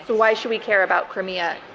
why should we care about crimea?